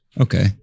okay